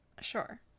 Sure